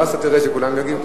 ואז אתה תראה שכולם יגיבו.